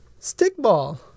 Stickball